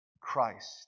Christ